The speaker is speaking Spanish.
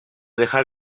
dejar